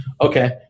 Okay